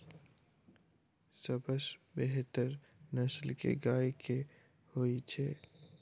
सबसँ बेहतर नस्ल केँ गाय केँ होइ छै?